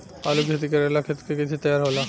आलू के खेती करेला खेत के कैसे तैयारी होला?